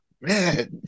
man